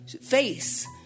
face